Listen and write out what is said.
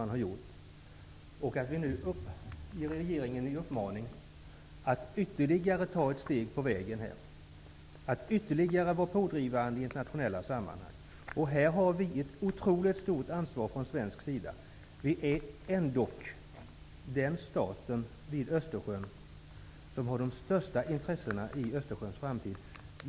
Nu uppmanas regeringen att ytterligare ta ett steg på vägen, dvs. att vara än mer pådrivande i internationella sammanhang. Här har vi från svensk sida ett otroligt ansvar. Vi är ändock den stat vid Östersjön som har de största intressena i Östersjöns framtid.